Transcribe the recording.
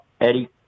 Eddie